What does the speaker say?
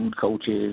coaches